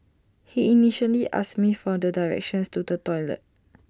he initially asked me for the directions to the toilet